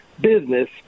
business